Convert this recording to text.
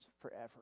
forever